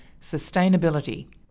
sustainability